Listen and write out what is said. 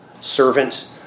servant